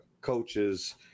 coaches